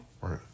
Right